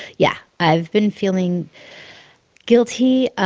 yeah. i've been feeling guilty, ah